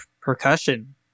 percussion